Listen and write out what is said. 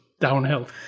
downhill